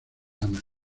anna